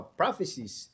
prophecies